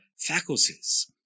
faculties